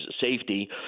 safety